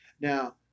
now